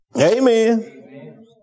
Amen